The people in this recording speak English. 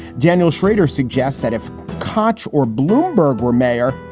daniel shrader suggests that if kotch or bloomberg were mayor,